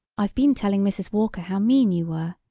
i've been telling mrs. walker how mean you were!